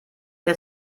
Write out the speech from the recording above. der